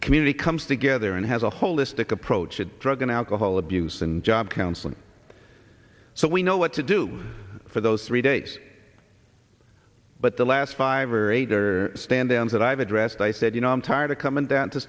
community comes together and has a holistic approach a drug and alcohol abuse and job counseling so we know what to do for those three days but the last five or eight are standing on that i've addressed i said you know i'm tired of coming down to